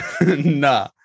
Nah